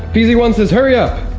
beezee wants this hurry up